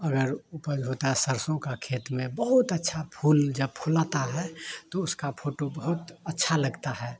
अगर उपज होता सरसों का खेत में बहुत अच्छा फूल जब फुलाता है तो उसका फोटो बहुत अच्छा लगता है